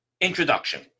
introduction